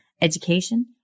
education